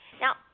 Now